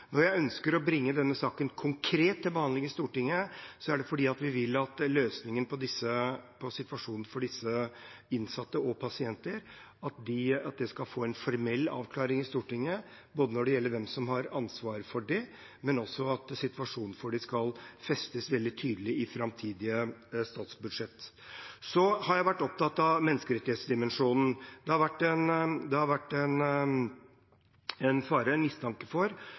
Når jeg ønsker å bringe denne saken konkret til behandling i Stortinget, er det fordi vi vil at løsningen på situasjonen for disse innsatte og pasientene skal få en formell avklaring i Stortinget, både hvem som har ansvar for dem, og at situasjonen for dem skal festes veldig tydelig i framtidige statsbudsjett. Jeg har vært opptatt av menneskerettsdimensjonen. Det har vært mistanke om at grunnleggende menneskerettigheter er blitt brutt, at torturforbudet i realiteten er blitt brutt i denne sammenhengen. Jeg stilte justisministeren et skriftlig spørsmål om dette for